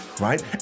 right